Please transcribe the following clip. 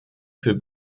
für